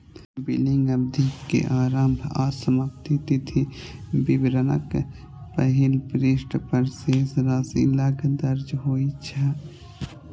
billing अवधि के आरंभ आ समाप्ति तिथि विवरणक पहिल पृष्ठ पर शेष राशि लग दर्ज होइ छै